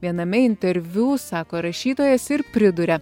viename interviu sako rašytojas ir priduria